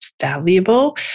valuable